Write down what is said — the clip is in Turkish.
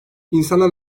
i̇nsanlar